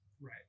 Right